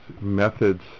methods